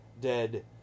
dead